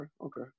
okay